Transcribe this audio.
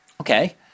Okay